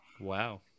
wow